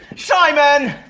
simon.